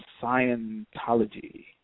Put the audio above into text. Scientology